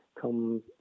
come